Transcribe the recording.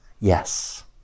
Yes